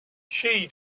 she